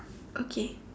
okay